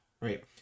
right